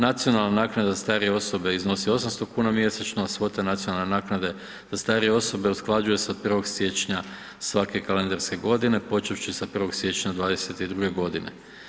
Nacionalna naknada za starije osobe iznosi 800 kn mjesečno, svota nacionalne naknade za starije osobe usklađuje se od 1. siječnja svake kalendarske godine počevši sa 1. siječnja 2022. godine.